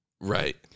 right